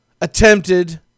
attempted